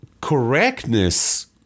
correctness